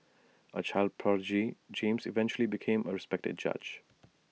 A child prodigy James eventually became A respected judge